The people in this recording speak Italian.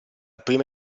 prima